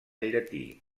llatí